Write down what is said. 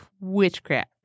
witchcraft